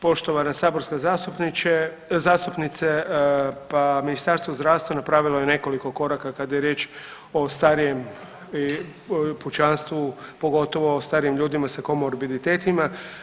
Poštovana saborska zastupnice, pa Ministarstvo zdravstva napravilo je nekoliko koraka kada je riječ o starijem pučanstvu pogotovo starijim ljudima sa komorbiditetima.